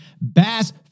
bass